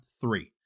three